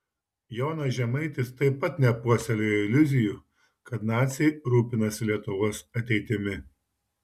jonas žemaitis taip pat nepuoselėjo iliuzijų kad naciai rūpinasi lietuvos ateitimi